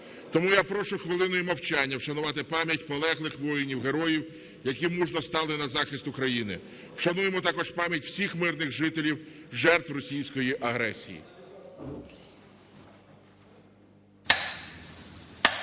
Тому я прошу хвилиною мовчання вшанувати пам'ять полеглих воїнів-героїв, які мужньо стали на захист України. Вшануємо також пам'ять всіх мирних жителів - жертв російської агресії.